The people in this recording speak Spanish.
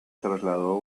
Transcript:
trasladó